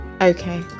Okay